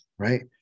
Right